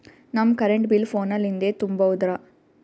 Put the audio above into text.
ನಮ್ current bill phone ಲಿಂದೇ ತುಂಬೌದ್ರಾ?